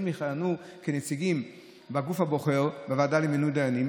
יכהנו כנציגים בגוף הבוחר בוועדה למינוי דיינים,